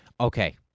Okay